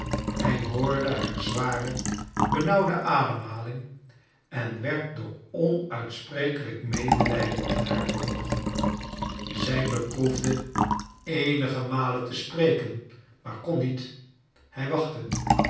hij hoorde haar zware benauwde ademhaling en werd door onuitsprekelijk medelijden met haar bewogen zij beproefde eenige malen te spreken maar kon niet hij wachtte